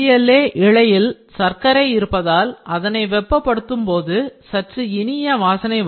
PLA இழையில் சர்க்கரை இருப்பதால் அதனை வெப்பப்படுத்தும் போது சற்று இனிய வாசனை வரும்